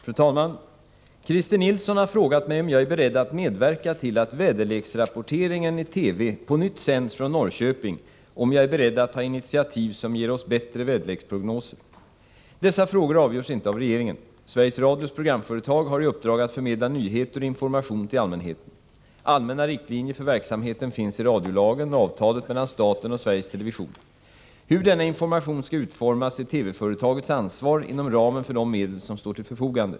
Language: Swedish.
Fru talman! Christer Nilsson har frågat mig om jag är beredd att medverka till att väderleksrapporteringen i TV på nytt sänds från Norrköping och om jag är beredd att ta initiativ som ger oss bättre väderleksprognoser. Dessa frågor avgörs inte av regeringen. Sveriges Radios programföretag har i uppdrag att förmedla nyheter och information till allmänheten. Allmänna riktlinjer för verksamheten finns i radiolagen och i avtalet mellan staten och Sveriges Television. Hur denna information skall utformas är TV-företagets ansvar inom ramen för de medel som står till förfogande.